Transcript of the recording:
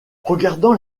regardant